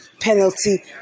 penalty